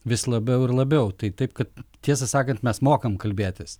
vis labiau ir labiau tai taip kad tiesą sakant mes mokam kalbėtis